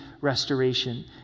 restoration